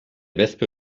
wespe